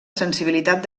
sensibilitat